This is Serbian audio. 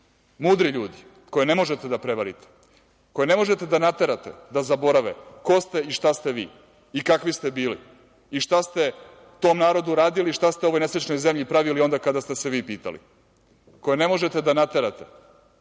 mudri ljudi koje ne možete da prevarite, koje ne možete da naterate da zaborave ko ste i šta ste vi i kakvi ste bili i šta ste tom narodu uradili i šta ste ovoj nesrećnoj zemlji pravili onda kada ste se vi pitali, koje ne možete da naterate